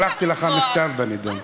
שלחתי לך מכתב בעניין.